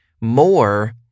more